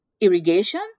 irrigation